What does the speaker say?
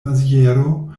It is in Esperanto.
maziero